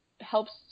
helps